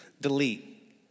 delete